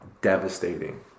devastating